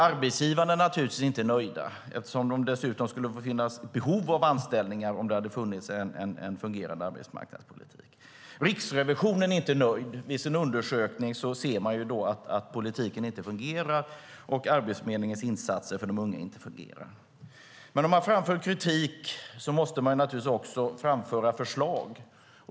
Arbetsgivarna är naturligtvis inte nöjda eftersom det skulle finnas behov av anställningar om det hade funnits en fungerande arbetsmarknadspolitik. Riksrevisionen är inte nöjd. I sin undersökning ser de att politiken och Arbetsförmedlingens insatser för de unga inte fungerar. Men om man framför kritik måste man naturligtvis också framföra förslag.